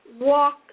walk